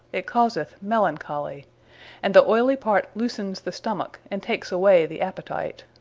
it causeth melancholy and the oily part loosens the stomacke, and takes away the appetite